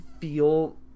feel